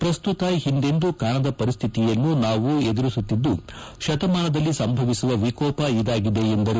ಪ್ರಸ್ತುತ ಒಂದೆಂದೂ ಕಾಣದ ಪರಿಸ್ಥಿತಿಯನ್ನು ನಾವು ಎದುರಿಸುತ್ತಿದ್ದು ಶತಮಾನದಲ್ಲಿ ಸಂಭವಿಸುವ ವಿಕೋಪ ಇದಾಗಿದೆ ಎಂದರು